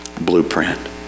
blueprint